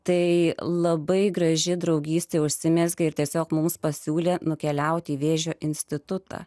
tai labai graži draugystė užsimezga ir tiesiog mums pasiūlė nukeliauti į vėžio institutą